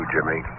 Jimmy